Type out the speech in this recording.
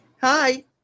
Hi